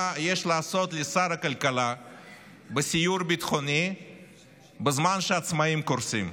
מה יש לשר הכלכלה לעשות בסיור ביטחוני בזמן שהעצמאים קורסים?